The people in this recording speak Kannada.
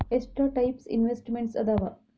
ಎಷ್ಟ ಟೈಪ್ಸ್ ಇನ್ವೆಸ್ಟ್ಮೆಂಟ್ಸ್ ಅದಾವ